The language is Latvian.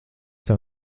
tev